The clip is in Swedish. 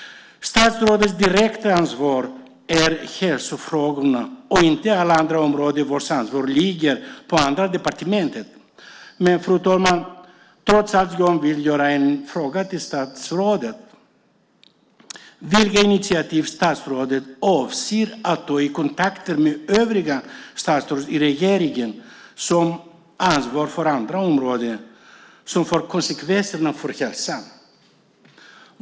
Statsrådets direkta ansvar är hälsofrågorna och inte alla andra områden, där ansvaret ligger på andra departement. Jag vill trots allt, fru talman, ställa en fråga till statsrådet: Vilka initiativ avser statsrådet att ta i kontakter med övriga statsråd i regeringen som har ansvar för andra områden som får konsekvenser för hälsan?